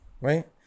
right